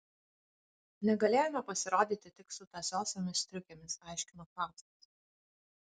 negalėjome pasirodyti tik su tąsiosiomis striukėmis aiškino faustas